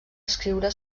escriure